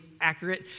accurate